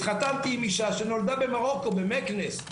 התחתנתי עם אישה שנולדה במרוקו, במקנס.